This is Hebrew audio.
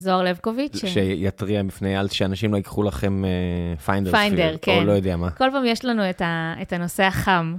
זוהר לבקוביצ'. שיתריע מפני אלט שאנשים לא ייקחו לכם פיינדר. פיינדר, כן. או לא יודע מה. כל פעם יש לנו את הנושא החם.